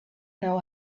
know